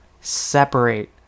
separate